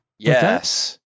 yes